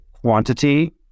quantity